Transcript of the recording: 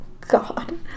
God